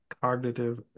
cognitive